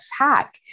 attack